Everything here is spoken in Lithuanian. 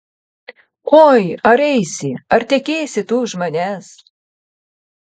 oi ar eisi ar tekėsi tu už manęs